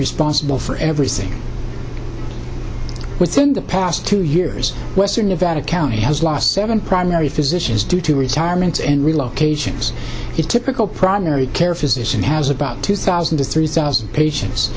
responsible for everything within the past two years western nevada county has lost seven primary physicians due to retirements and relocations is typical primary care physician has about two thousand to three thousand patients